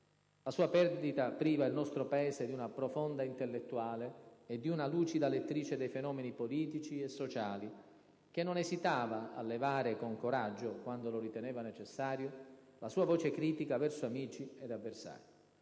La sua perdita priva il nostro Paese di una profonda intellettuale e di una lucida lettrice dei fenomeni politici e sociali, che non esitava a levare con coraggio, quando lo riteneva necessario, la sua voce critica verso amici ed avversari.